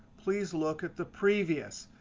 please look at the previous.